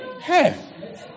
Hey